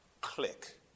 click